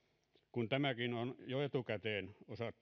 kun on jo etukäteen osattu varautua tähän asiaan eli ohjelma on jo etukäteen